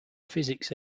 physics